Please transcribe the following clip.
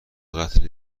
قتل